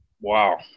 wow